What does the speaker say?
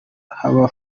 haba